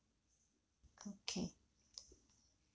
okay